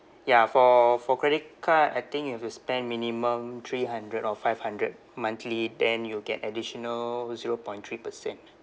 ya for for credit card I think you have to spend minimum three hundred or five hundred monthly then you'll get additional zero point three percent